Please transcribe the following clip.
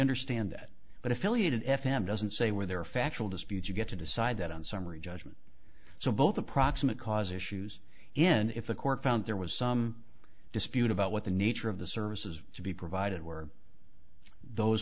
understand that but affiliated f m doesn't say where there are factual disputes you get to decide that on summary judgment so both the proximate cause issues end if the court found there was some dispute about what the nature of the services to be provided were those